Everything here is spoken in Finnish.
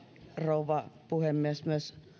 rouva puhemies myös